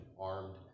armed